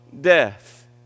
death